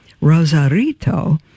Rosarito